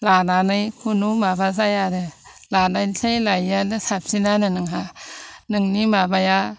लानानै खुनु माबा जाया आरो लानायनिफ्राय लायैया साबसिन आरो नोंहा नोंनि माबाया